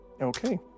Okay